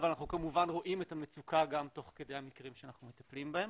אבל אנחנו כמובן רואים את המצוקה גם תוך כדי המקרים שאנחנו מטפלים בהם.